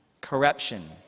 Corruption